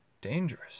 Dangerous